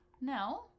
No